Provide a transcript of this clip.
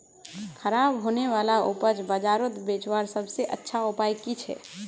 ख़राब होने वाला उपज बजारोत बेचावार सबसे अच्छा उपाय कि छे?